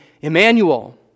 Emmanuel